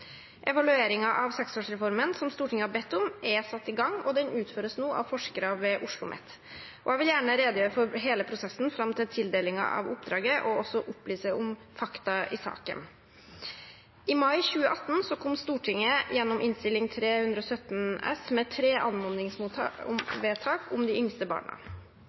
av seksårsreformen, som Stortinget har bedt om, er satt i gang, og den utføres nå av forskere ved OsloMet. Jeg vil gjerne redegjøre for hele prosessen fram til tildelingen av oppdraget og også opplyse om fakta i saken. I mai 2018 kom Stortinget gjennom Innst. 317 S for 2017–2018 med tre anmodningsvedtak om de yngste barna.